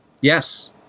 yes